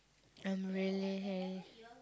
I'm really hey